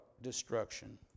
destruction